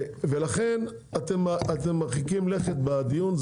ולכן אתם מרחיקים לכת בדיון,